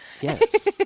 Yes